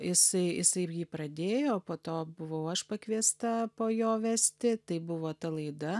jisai jisai jį pradėjo o po to buvau aš pakviesta po jo vesti tai buvo ta laida